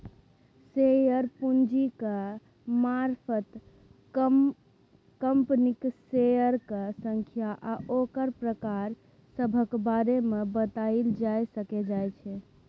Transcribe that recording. share पूंजीक मारफत कंपनीक शेयरक संख्या आ ओकर प्रकार सभक बारे मे बताएल जाए सकइ जाइ छै